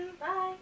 Bye